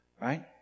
Right